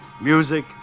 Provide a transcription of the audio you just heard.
music